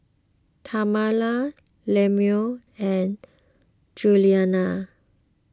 Tamala Lemuel and Juliana